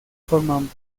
forman